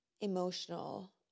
emotional